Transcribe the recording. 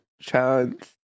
chance